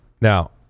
Now